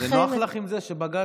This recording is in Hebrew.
נוח לך עם זה שבג"ץ